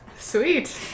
Sweet